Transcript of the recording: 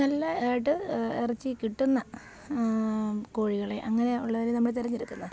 നല്ലതായിട്ട് ഇറച്ചി കിട്ടുന്ന കോഴികളെ അങ്ങനെ ഉള്ളതിനെ നമ്മൾ തെരഞ്ഞെടുക്കുന്ന